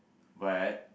but